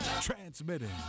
transmitting